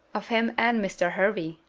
of him and mr. hervey,